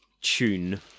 tune